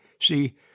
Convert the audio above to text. See